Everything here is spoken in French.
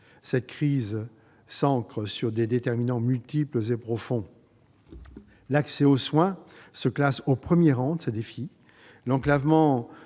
Cette crise prend racine dans des déterminants multiples et profonds. L'accès aux soins figure au premier rang de ces défis.